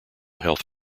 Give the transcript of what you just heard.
health